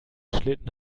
schlitten